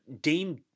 Dame